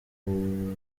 ubu